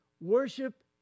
worship